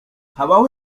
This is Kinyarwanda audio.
habaho